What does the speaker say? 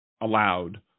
allowed